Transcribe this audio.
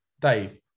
Dave